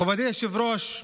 מכובדי היושב-ראש,